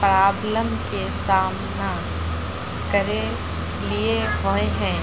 Problem के सामना करे ले होय है?